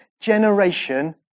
generation